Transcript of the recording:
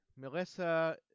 Melissa